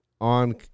on